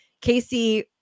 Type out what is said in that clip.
Casey